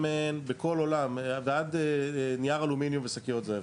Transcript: שמן, ועד נייר אלומיניום ושקיות זבל.